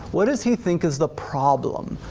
what does he think is the problem?